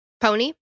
pony